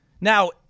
Now